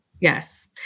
Yes